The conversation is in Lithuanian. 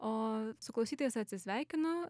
o su klausytojais atsisveikinu